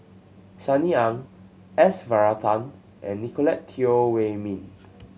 Sunny Ang S Varathan and Nicolette Teo Wei Min